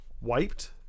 wiped